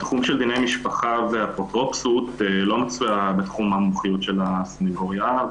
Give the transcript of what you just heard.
התחום של דיני משפחה והאפוטרופסות לא מצויה בתחום המומחיות של הסנגוריה.